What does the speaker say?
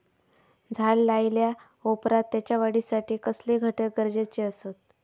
झाड लायल्या ओप्रात त्याच्या वाढीसाठी कसले घटक गरजेचे असत?